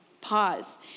Pause